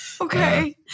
okay